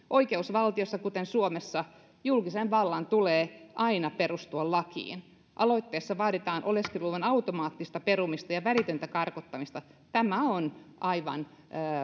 oikeusvaltiossa kuten suomessa julkisen vallan tulee aina perustua lakiin aloitteessa vaaditaan oleskeluluvan automaattista perumista ja välitöntä karkottamista tämä on aivan